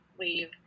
leave